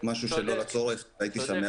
משהו שלא לצורך והייתי שמח שלא היה מתקיים.